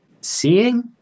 seeing